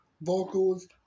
vocals